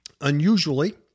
unusually